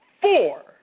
four